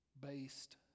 based